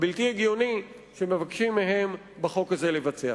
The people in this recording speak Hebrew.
הבלתי-הגיוני שמבקשים מהם בחוק הזה לבצע.